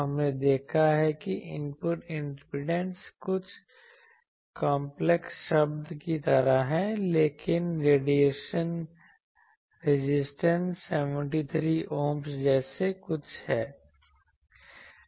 हमने देखा है कि इनपुट इम्पीडेंस कुछ कॉन्प्लेक्स शब्द की तरह है लेकिन रेडिएशन रेजिस्टेंस 73 Ohms जैसे कुछ है